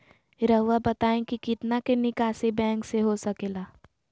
रहुआ बताइं कि कितना के निकासी बैंक से हो सके ला?